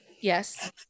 Yes